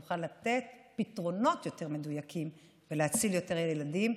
נוכל לתת פתרונות יותר מדויקים ולהציל יותר ילדים.